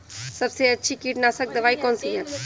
सबसे अच्छी कीटनाशक दवाई कौन सी है?